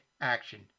action